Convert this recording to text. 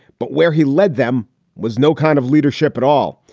but where he led them was no kind of leadership at all.